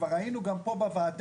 כבר ראינו גם פה בוועדה,